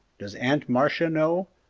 does aunt marcia know?